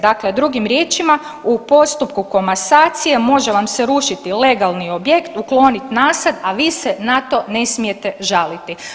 Dakle, drugim riječima u postupku komasacije može vam se rušiti legalni objekt, uklonit nasad, a vi se na to ne smijete žaliti.